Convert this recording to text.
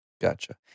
Gotcha